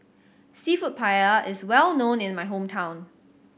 Seafood Paella is well known in my hometown